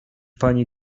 pani